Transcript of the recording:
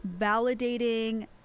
validating